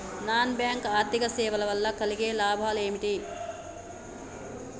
Non bank ఆర్థిక సేవల వల్ల కలిగే లాభాలు ఏమిటి?